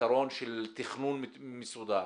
פתרון של תכנון מסודר.